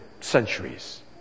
centuries